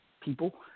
people